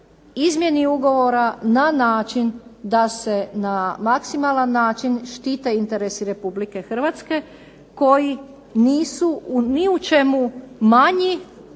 izmjeni ugovora na način da se na maksimalan način štite interesi RH koji nisu ni u čemu manji